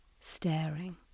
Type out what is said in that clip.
staring